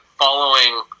following